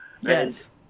yes